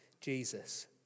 Jesus